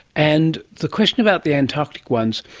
and the question about the antarctic ones,